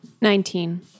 Nineteen